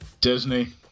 Disney